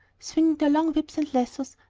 swinging their long whips and lassos,